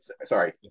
Sorry